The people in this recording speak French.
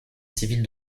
civile